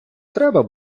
треба